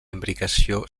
imbricació